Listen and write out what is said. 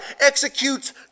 executes